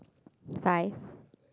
five